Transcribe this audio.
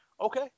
Okay